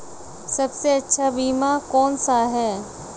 सबसे अच्छा बीमा कौन सा है?